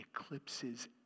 eclipses